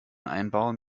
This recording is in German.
einbauen